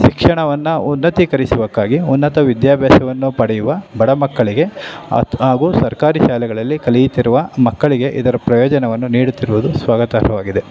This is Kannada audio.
ಶಿಕ್ಷಣವನ್ನು ಉನ್ನತೀಕರಿಸುವುದಕ್ಕಾಗಿ ಉನ್ನತ ವಿದ್ಯಾಭ್ಯಾಸವನ್ನು ಪಡೆಯುವ ಬಡ ಮಕ್ಕಳಿಗೆ ಹಾಗೂ ಸರ್ಕಾರಿ ಶಾಲೆಗಳಲ್ಲಿ ಕಲಿಯುತ್ತಿರುವ ಮಕ್ಕಳಿಗೆ ಇದರ ಪ್ರಯೋಜನವನ್ನು ನೀಡುತ್ತಿರುವುದು ಸ್ವಾಗತಾರ್ಹವಾಗಿದೆ